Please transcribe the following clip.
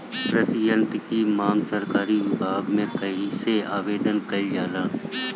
कृषि यत्र की मांग सरकरी विभाग में कइसे आवेदन कइल जाला?